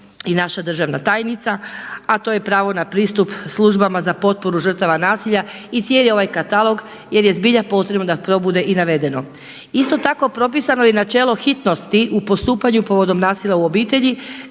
i naša državna tajnica, a to je pravo na pristup službama za potporu žrtava nasilja i cijeli ovaj katalog jer je zbilja potrebno da probude i navedeno. Isto tako propisano je načelo hitnosti u postupanju povodom nasilja u obitelji